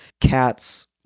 cats